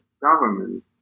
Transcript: government